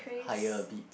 higher a bit